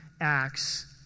Acts